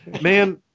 man